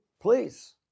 please